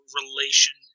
relation